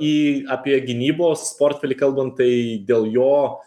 į apie gynybos portfelį kalbant tai dėl jo